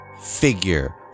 figure